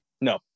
No